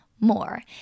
more